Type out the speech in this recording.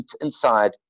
inside